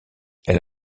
elle